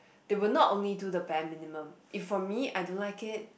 they would not only do the bare minimum if for me I don't like it